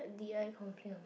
did I complain or not